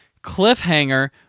Cliffhanger